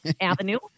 avenue